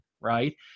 right